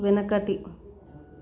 వెనకటి